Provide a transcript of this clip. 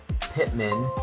Pittman